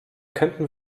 könnten